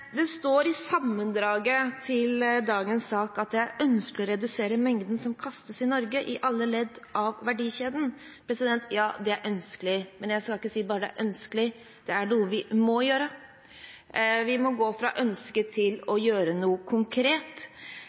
Det står i sammendraget til dagens sak at man ønsker å redusere mengden mat som kastes i Norge i alle ledd av verdikjeden. Ja, det er ønskelig. Men jeg skal ikke bare si at det er ønskelig. Det er noe vi må gjøre. Vi må gå fra å ønske til å gjøre noe konkret.